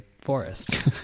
forest